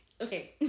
okay